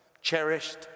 cherished